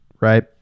right